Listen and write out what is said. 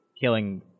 killing